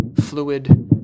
fluid